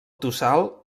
tossal